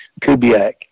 Kubiak